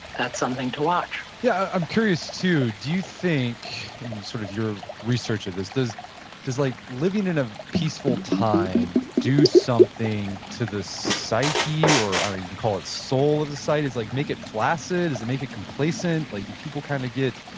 that's something to watch yeah, i'm curious too. do you think, and in sort of your research of this, does does like living in a peaceful time do something to the psyche, or ah you can call it, soul of the sight, it's like make it flaccid? does it make it complacent? like do people kind of get,